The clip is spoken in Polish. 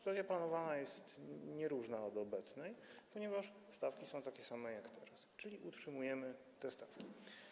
Ta planowana jest nieróżna od obecnej, ponieważ stawki są takie same jak teraz, czyli utrzymujemy te stawki.